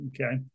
Okay